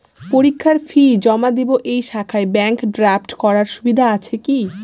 পরীক্ষার ফি জমা দিব এই শাখায় ব্যাংক ড্রাফট করার সুবিধা আছে কি?